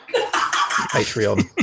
Patreon